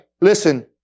listen